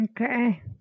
Okay